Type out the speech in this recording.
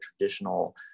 traditional